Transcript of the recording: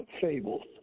fables